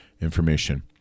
information